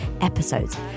episodes